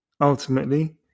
ultimately